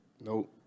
Nope